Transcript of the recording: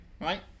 right